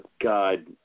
God